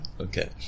Okay